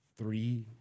Three